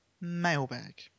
Mailbag